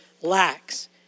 lacks